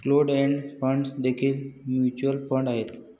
closed end funds देखील mutual fund आहेत